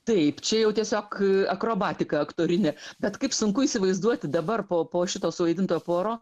taip čia jau tiesiog akrobatika aktorinė bet kaip sunku įsivaizduoti dabar po po šito suvaidinto puaro